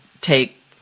take